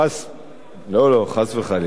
חס וחלילה.